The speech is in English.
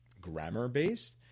grammar-based